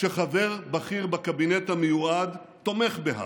כשחבר בכיר בקבינט המיועד תומך בהאג?